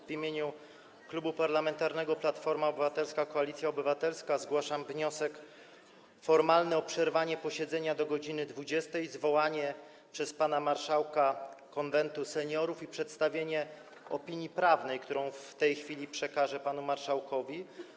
W imieniu Klubu Parlamentarnego Platforma Obywatelska - Koalicja Obywatelska zgłaszam wniosek formalny o przerwanie posiedzenia do godz. 20, zwołanie przez pana marszałka Konwentu Seniorów i przedstawienie opinii prawnej, którą w tej chwili przekażę panu marszałkowi.